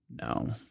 no